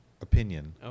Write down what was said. opinion